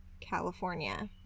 California